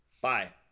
Bye